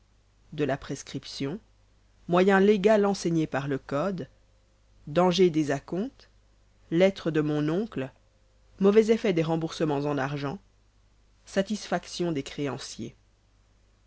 de la prescription moyen légal enseigné par le code dangers des à comptes mauvais effets des remboursemens en argent satisfaction des créanciers